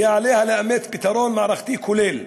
יהיה עליה לאמץ פתרון מערכתי כולל,